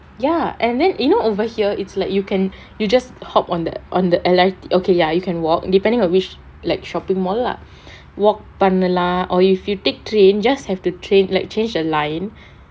ya and then you know over here it's like you can you just hop on the on the alight okay ya you can walk depending on which like shopping mall lah walk pavilion or if you take train just have to train like change a line